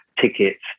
tickets